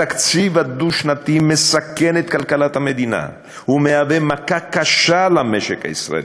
התקציב הדו-שנתי מסכן את כלכלת המדינה ומהווה מכה קשה למשק הישראלי,